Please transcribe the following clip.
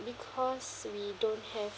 because we don't have